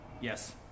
Yes